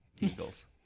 Eagles